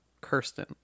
Kirsten